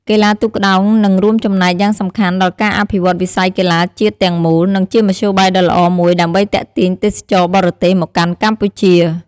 កីឡាទូកក្ដោងនឹងរួមចំណែកយ៉ាងសំខាន់ដល់ការអភិវឌ្ឍន៍វិស័យកីឡាជាតិទាំងមូល និងជាមធ្យោបាយដ៏ល្អមួយដើម្បីទាក់ទាញទេសចរណ៍បរទេសមកកាន់កម្ពុជា។